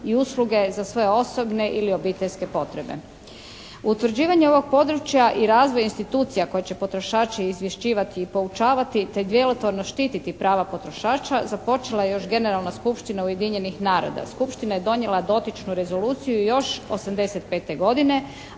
i usluge za svoje osobne ili obiteljske potrebe. Utvrđivanje ovog područja i razvoj institucija koja će potrošači izvješćivati i poučavati, te djelotvorno štititi prava potrošača započela je još Generalna skupština Ujedinjenih naroda. Skupština je donijela dotičnu rezoluciju još 85 godine,